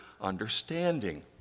understanding